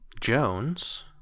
Jones